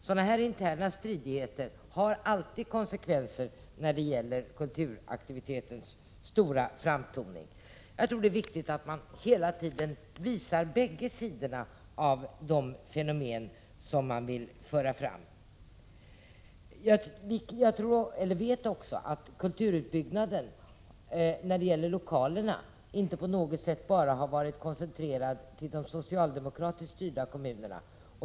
Sådana interna stridigheter får alltid konsekvenser när det gäller kulturaktivitetens framtoning i stort. Det viktiga är att man hela tiden visar bägge sidorna av de fenomen som man vill föra fram. Kulturutbyggnaden har när det gäller lokalerna inte på något sätt varit koncentrerad till de socialdemokratiskt styrda kommunerna.